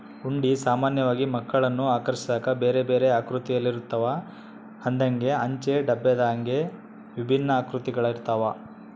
ಹುಂಡಿ ಸಾಮಾನ್ಯವಾಗಿ ಮಕ್ಕಳನ್ನು ಆಕರ್ಷಿಸಾಕ ಬೇರೆಬೇರೆ ಆಕೃತಿಯಲ್ಲಿರುತ್ತವ, ಹಂದೆಂಗ, ಅಂಚೆ ಡಬ್ಬದಂಗೆ ವಿಭಿನ್ನ ಆಕೃತಿಗಳಿರ್ತವ